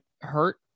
hurt